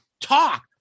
talk